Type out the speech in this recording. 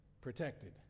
protected